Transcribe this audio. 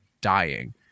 dying